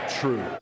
true